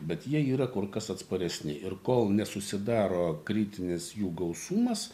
bet jie yra kur kas atsparesni ir kol nesusidaro kritinis jų gausumas